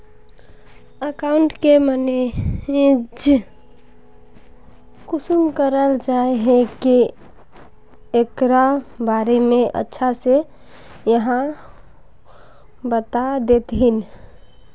Account के manage कुंसम कराल जाय है की एकरा बारे में अच्छा से आहाँ बता देतहिन?